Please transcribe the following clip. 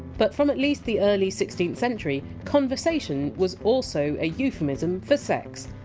but, from at least the early sixteenth century! conversation! was also a euphemism for sex.